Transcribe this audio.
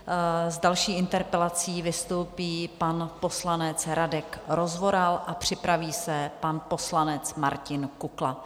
S další interpelací vystoupí pan poslanec Radek Rozvoral a připraví se pan poslanec Martin Kukla.